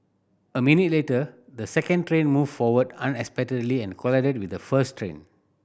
a minute later the second train moved forward unexpectedly and collided with the first train